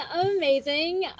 amazing